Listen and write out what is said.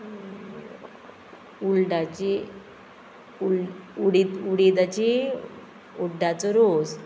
उल्डाची उल्ड उडिदाची उड्डाचो रोस